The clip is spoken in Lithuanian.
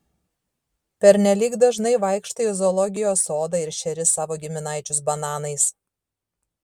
pernelyg dažnai vaikštai į zoologijos sodą ir šeri savo giminaičius bananais